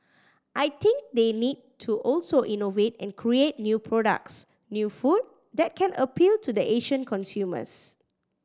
I think they need to also innovate and create new products new food that can appeal to the Asian consumers